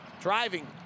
driving